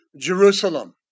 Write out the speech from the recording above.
Jerusalem